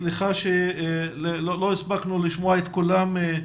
סליחה שלא הספקנו לשמוע את כולם.